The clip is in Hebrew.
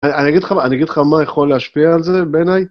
אני אגיד לך מה יכול להשפיע על זה בעיני?